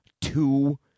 two